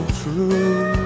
true